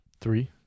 Three